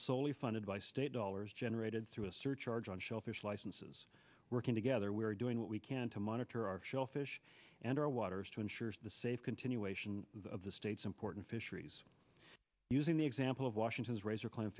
slowly funded by state dollars generated through a surcharge on shellfish licenses working together we are doing what we can to monitor our shellfish and our waters to ensure the safe continuation of the state's important fisheries using the example of washington's razor cl